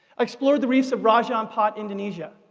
explored the reefs of raja ampat, indonesia,